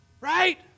Right